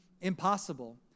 impossible